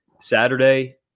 Saturday –